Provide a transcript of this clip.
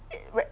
it where